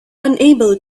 unable